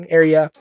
area